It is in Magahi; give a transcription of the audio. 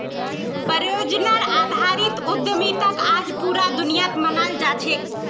परियोजनार आधारित उद्यमिताक आज पूरा दुनियात मानाल जा छेक